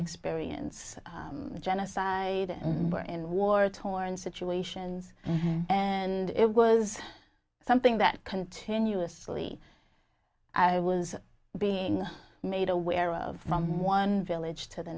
experience genocide and were in war torn situations and it was something that continuously i was being made aware of from one village to the